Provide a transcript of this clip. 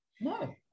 No